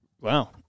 Wow